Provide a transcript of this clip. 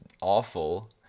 awful